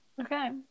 Okay